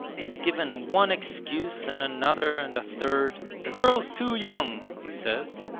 he's given one excuse, and another, and a third. the girl's too young, he says.